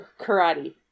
karate